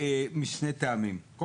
משני טעמים,